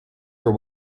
for